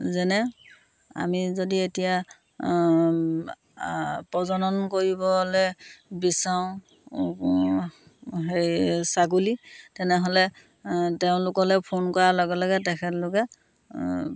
যেনে আমি যদি এতিয়া প্ৰজনন কৰিবলৈ বিচাৰোঁ হেৰি ছাগলী তেনেহ'লে তেওঁলোকলৈ ফোন কৰাৰ লগে লগে তেখেতলোকে